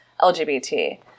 LGBT